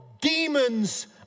demons